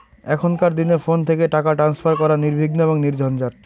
এখনকার দিনে ফোন থেকে টাকা ট্রান্সফার করা নির্বিঘ্ন এবং নির্ঝঞ্ঝাট